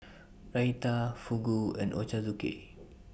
Raita Fugu and Ochazuke